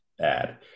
add